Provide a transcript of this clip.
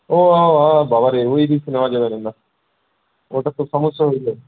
ও বাবারে ওই রিস্ক নেওয়া যাবে না নাহ ওটা তো সমস্যা হয়ে যাবে